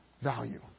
value